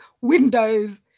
windows